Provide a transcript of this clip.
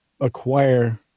acquire